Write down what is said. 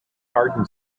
garden